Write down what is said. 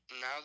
now